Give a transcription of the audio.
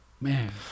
man